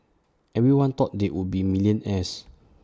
everyone thought they would be millionaires